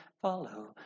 follow